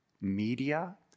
media